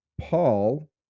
Paul